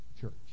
Church